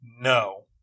no